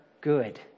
good